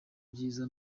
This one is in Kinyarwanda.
byiza